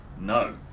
No